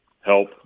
help